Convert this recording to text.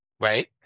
right